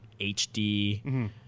HD